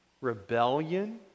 rebellion